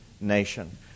nation